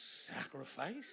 sacrifice